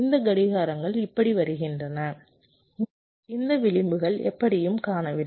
இந்த கடிகாரங்கள் இப்படி வருகின்றன இந்த விளிம்புகள் எப்படியும் காணவில்லை